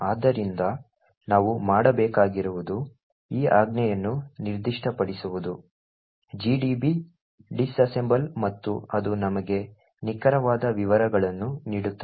ಆದ್ದರಿಂದ ನಾವು ಮಾಡಬೇಕಾಗಿರುವುದು ಈ ಆಜ್ಞೆಯನ್ನು ನಿರ್ದಿಷ್ಟಪಡಿಸುವುದು gdb disassemble ಮತ್ತು ಅದು ನಮಗೆ ನಿಖರವಾದ ವಿವರಗಳನ್ನು ನೀಡುತ್ತದೆ